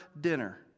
dinner